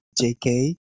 JK